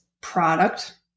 product